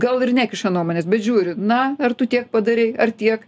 gal ir nekiša nuomonės bet žiūri na ar tu tiek padarei ar tiek